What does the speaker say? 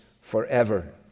forever